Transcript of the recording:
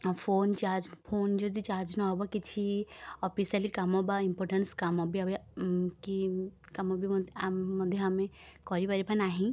ଆ phone charge phone ଯଦି charge ନହବ କିଛି ଅଫିସିଆଲି କାମ ବା ଇମ୍ପୋଟାନ୍ସ୍ କାମ ବି କି କାମ ବି ମଧ୍ୟ ଆମ ମଧ୍ୟ ଆମେ କରିପାରିବା ନାହିଁ